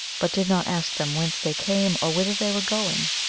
but did not ask them whence they came or whither they were going,